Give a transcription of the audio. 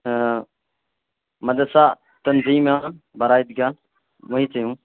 ہاں مدرسہ تنظیم امام باڑا عید گاہ وہی سے ہوں